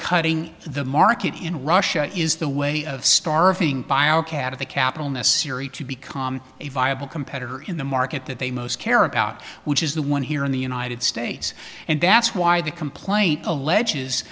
cutting the market in russia is the way of starving by a cat of the capital necessary to become a viable competitor in the market that they most care about which is the one here in the united states and that's why the complaint alleges